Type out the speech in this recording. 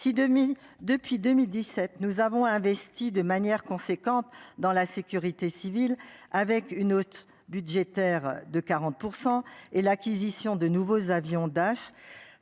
demi-depuis 2017 nous avons investi de manière conséquente dans la sécurité civile, avec une autre budgétaire de 40% et l'acquisition de nouveaux avions Dash,